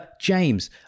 james